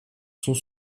sont